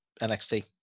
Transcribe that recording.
NXT